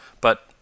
But